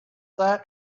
that